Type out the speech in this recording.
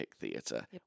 theater